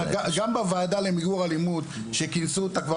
גם בוועדה למיגור האלימות שכינסו כבר